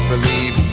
Believe